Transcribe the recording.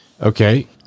Okay